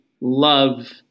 love